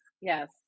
Yes